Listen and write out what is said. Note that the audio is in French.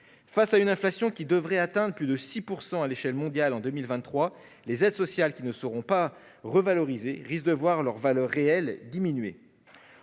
Face à une inflation qui devrait atteindre plus de 6 % à l'échelle mondiale en 2023, les aides sociales qui ne seront pas revalorisées risquent de voir leur valeur réelle diminuer.